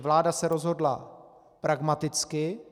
Vláda se rozhodla pragmaticky.